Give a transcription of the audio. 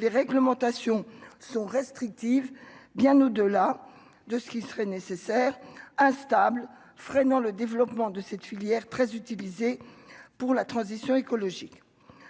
les réglementations sont restrictives bien au-delà de ce qui serait nécessaire, instable, freinant le développement de cette filière très utilisées pour la transition écologique,